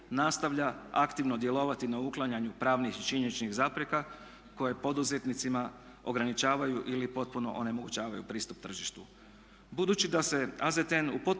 nastavlja aktivno djelovati na uklanjanju pravnih i činjeničnih zapreka koje poduzetnicima ograničavaju ili potpuno onemogućavaju pristup tržištu. Budući da se AZTN u potpunosti